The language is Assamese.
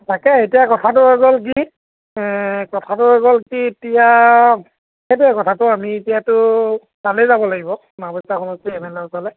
তাকে এতিয়া কথাটো হৈ গ'ল কি কথাটো হৈ গ'ল কি এতিয়া সেইটোৱে কথাটো আমি এতিয়াতো তালৈ যাব লাগিব নাওবৈচা সমষ্টি এম এল এ ওচৰলৈ